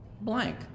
blank